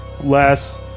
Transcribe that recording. less